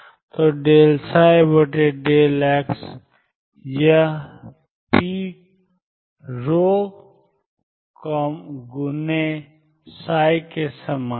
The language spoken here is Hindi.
तो ∂ψ ∂x यह p×ψ के समान है